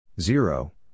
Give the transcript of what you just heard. zero